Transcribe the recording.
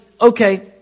okay